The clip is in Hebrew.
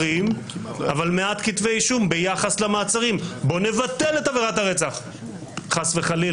שבחודשים האחרונים חייהם מוטרדים בוקר וערב ובהחלט לא ננקטים הצעדים שצריכים